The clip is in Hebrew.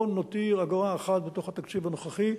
לא נותיר אגורה אחת בתוך התקציב הנוכחי.